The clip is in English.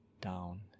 down